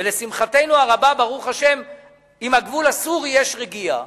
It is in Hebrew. ולשמחתנו הרבה, ברוך השם בגבול הסורי יש רגיעה,